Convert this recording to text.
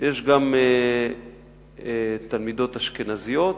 יש גם תלמידות אשכנזיות,